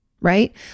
right